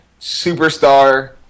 superstar